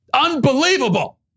Unbelievable